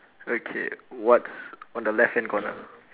okay what's on the left hand corner